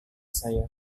saya